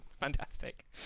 Fantastic